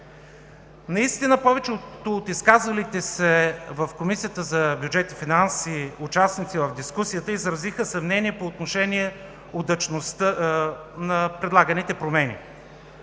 Наистина повечето от изказалите се в Комисията по бюджет и финанси участници в дискусията изразиха съмнение по отношение удачността на предлаганите промени.